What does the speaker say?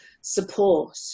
support